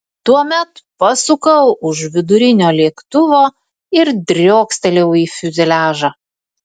tuomet pasukau už vidurinio lėktuvo ir driokstelėjau į fiuzeliažą